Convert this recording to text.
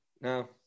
No